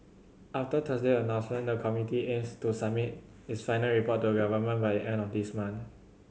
after Thursday announcement the committee aims to submit its final report to a by the end of this month